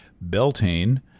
Beltane